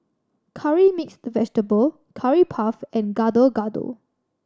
Curry Mixed Vegetable Curry Puff and Gado Gado